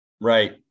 Right